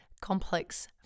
complex